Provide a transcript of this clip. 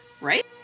right